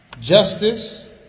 Justice